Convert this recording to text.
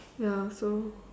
ya so